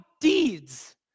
deeds